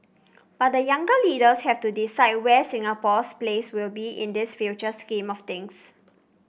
but the younger leaders have to decide where Singapore's place will be in this future scheme of things